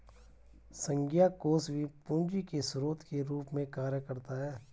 संघीय कोष भी पूंजी के स्रोत के रूप में कार्य करता है